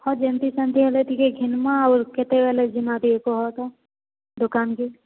ହଁ ଯେମ୍ତି ସେମ୍ତି ହେଲେ ଟିକେ ଘିନ୍ମା ଆର୍ କେତେବେଲେ ଯିମା ଟିକେ କହତ ଦୁକାନକେ